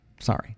Sorry